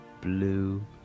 blue